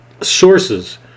sources